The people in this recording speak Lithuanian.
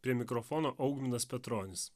prie mikrofono augminas petronis